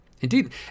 Indeed